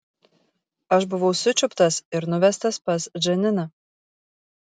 aš buvau sučiuptas ir nuvestas pas džaniną